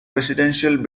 residential